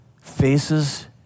faces